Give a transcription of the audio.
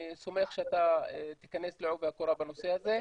אני סומך שאתה תיכנס לעובי הקורה בנושא הזה,